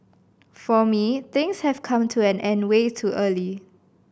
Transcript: for me things have come to an end way too early